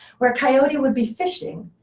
where coyote would be fishing,